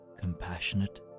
Compassionate